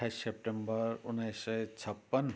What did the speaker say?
अट्ठाइस सेप्टेम्बर उन्नाइस सय छपन्न